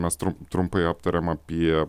mes trum trumpai aptarėm apie